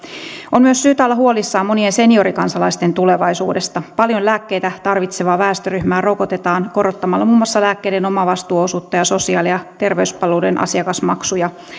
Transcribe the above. on myös syytä olla huolissaan monien seniorikansalaisten tulevaisuudesta paljon lääkkeitä tarvitsevaa väestöryhmää rokotetaan korottamalla muun muassa lääkkeiden omavastuuosuutta ja sosiaali ja terveyspalveluiden asiakasmaksuja